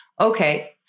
Okay